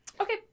Okay